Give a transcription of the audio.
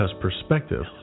perspective